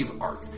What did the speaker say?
art